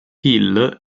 hill